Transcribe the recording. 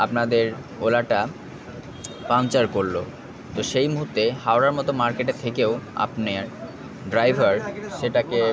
আপনাদের ওলাটা পাংচার করল তো সেই মুহূর্তে হাওড়ার মতো মার্কেটে থেকেও আপনার ড্রাইভার সেটাকে